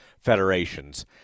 federations